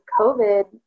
COVID